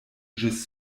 ĝis